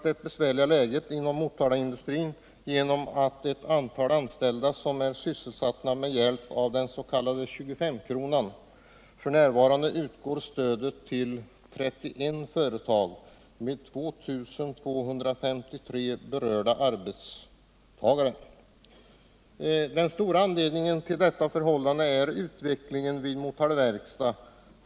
Det besvärliga läget för Motalaindustrin markeras även genom antalet anställda som sysselsätts med hjälp av den s.k. 2S-kronan. F. n. utgår sådant stöd till 31 företag med 2 253 berörda arbetstagare. Den stora anledningen till detta förhållande är utvecklingen vid Motala Verkstad.